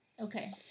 Okay